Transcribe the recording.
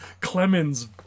Clemens